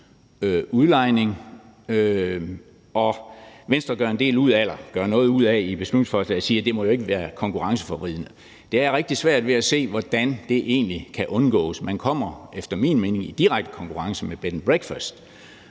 udlejning. Venstre gør noget ud af i beslutningsforslaget at sige, at det jo ikke må være konkurrenceforvridende, og det har jeg rigtig svært ved at se hvordan egentlig kan undgås. Man kommer efter min mening i direkte konkurrence med bed and